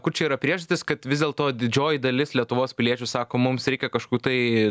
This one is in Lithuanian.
kur čia yra priežastys kad vis dėlto didžioji dalis lietuvos piliečių sako mums reikia kažkokių tai